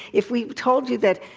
if we told you that,